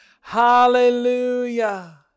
Hallelujah